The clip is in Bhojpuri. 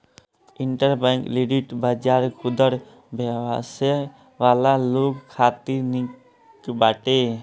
इंटरबैंक लीडिंग बाजार खुदरा व्यवसाय वाला लोग खातिर निक बाटे